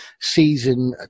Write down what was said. season